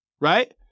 right